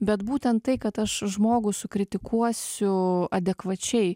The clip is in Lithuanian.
bet būtent tai kad aš žmogų sukritikuosiu adekvačiai